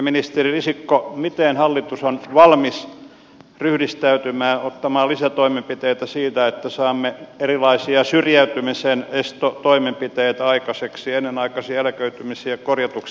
ministeri risikko miten hallitus on valmis ryhdistäytymään ottamaan lisätoimenpiteitä että saamme erilaisia syrjäytymisen estotoimenpiteitä aikaiseksi ennenaikaisia eläköitymisiä korjatuksi